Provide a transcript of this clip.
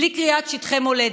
בלי קריעת שטחי מולדת.